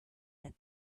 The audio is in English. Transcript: that